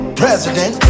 president